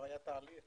היה תהליך